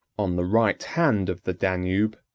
on the right hand of the danube,